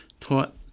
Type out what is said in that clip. taught